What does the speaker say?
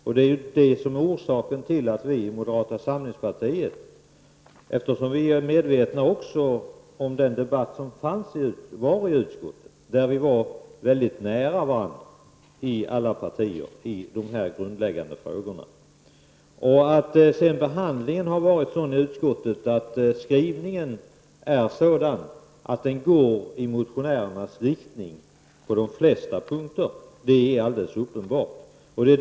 Anledningen till att vi i moderata samlingspartiet inte har reserverat oss på fler punkter än som här är fallet är att vi är medvetna om den debatt som fördes i utskottet, där alla partier kom mycket nära varandra i de grundläggande frågorna. Behandlingen resulterade således i en skrivning som på de flesta punkterna går i motionärernas riktning. Det är alldeles uppenbart.